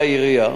העירייה,